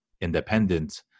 independent